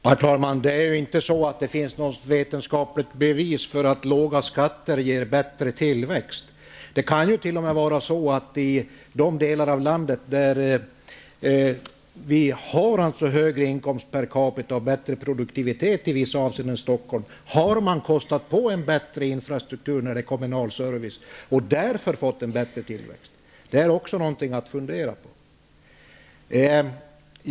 Herr talman! Det finns inget vetenskapligt bevis för att låga skatter ger bättre tillväxt. Det kan t.o.m. vara så att man i de delar av landet där man har högre inkomst per capita och bättre produktivitet än Stockholm, har kostat på en bättre infrastruktur och kommunal service och därför fått en bättre tillväxt. Det är också något att fundera över.